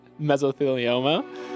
mesothelioma